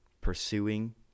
pursuing